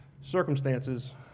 circumstances